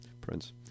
prince